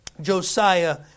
Josiah